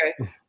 Okay